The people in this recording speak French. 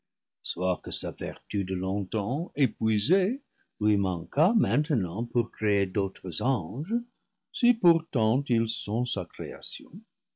soit que sa vertu de longtemps épuisée lui manquât mainte nant pour créer d'autres anges si pourtant ils sont sa créa